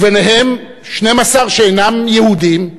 וביניהם 12 שאינם יהודים: